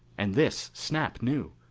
and this snap knew,